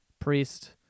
priest